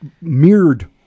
mirrored